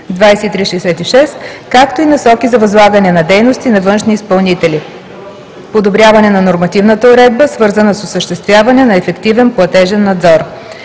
2015/2366, както и Насоки за възлагане на дейности на външни изпълнители; - подобряване на нормативната уредба, свързана с осъществяване на ефективен платежен надзор.